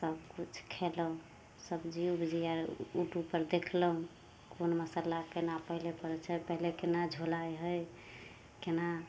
सबकिछु खएलहुँ सब्जी उब्जी आर उटूबपर देखलहुँ कोन मसल्ला कोना पहिले पड़ै छै पहिले कोना झोलाइ हइ कोना